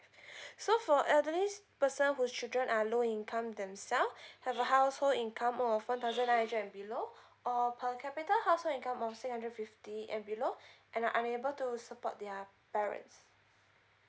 so for elderly personal whose children are low income themselves have a household income of one thousand and nine hundred and below or per capita household incomes of six hundred fifty and below and are unable to support their parent